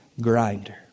grinder